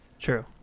True